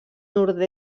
nord